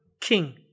king